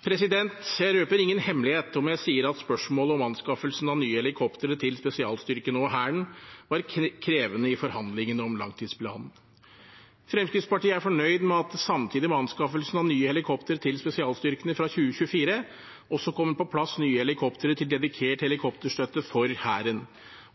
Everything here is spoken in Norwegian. Jeg røper ingen hemmelighet om jeg sier at spørsmålet om anskaffelsen av nye helikoptre til spesialstyrkene og Hæren var krevende i forhandlingene om langtidsplanen. Fremskrittspartiet er fornøyd med at det samtidig med anskaffelsen av nye helikoptre til spesialstyrkene fra 2024, også kommer på plass nye helikoptre til dedikert helikopterstøtte for Hæren,